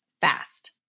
fast